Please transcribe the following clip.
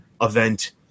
event